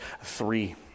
three